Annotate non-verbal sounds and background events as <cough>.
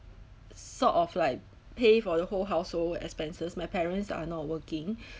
sort of like pay for the whole household expenses my parents are not working <breath>